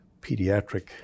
pediatric